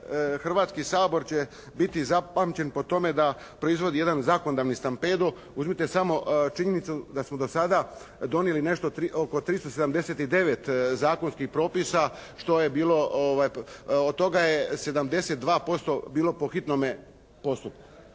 Hrvatski sabor će biti zapamćen po tome da proizvodi jedan zakonodavni stampedo. Uzmite samo činjenicu da smo do sada donijeli nešto oko 379 zakonskih propisa, što je bilo, od toga je 72% bilo po hitnome postupku.